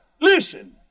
listen